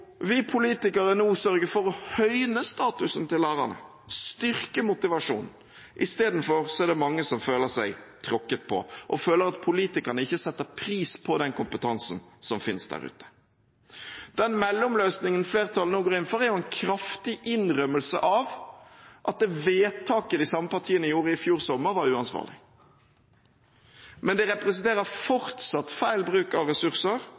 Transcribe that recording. nå sørge for å høyne statusen til lærerne, styrke motivasjonen – istedenfor er det mange som føler seg tråkket på, og føler at politikerne ikke setter pris på den kompetansen som finnes der ute. Den mellomløsningen flertallet nå går inn for, er en kraftig innrømmelse av at vedtakene de samme partiene gjorde i fjor sommer, var uansvarlige, men de representerer fortsatt feil bruk av ressurser